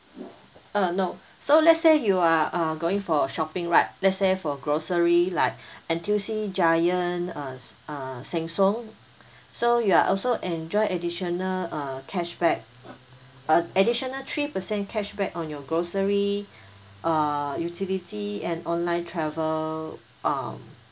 uh no so let's say you are uh going for shopping right let's say for grocery like N_T_U_C giant uh uh sheng siong so you're also enjoy additional uh cashback uh additional three percent cashback on your grocery err utility and online travel uh